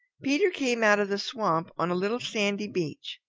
peter came out of the swamp on a little sandy beach.